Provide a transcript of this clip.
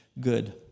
good